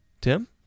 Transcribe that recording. tim